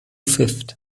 fifth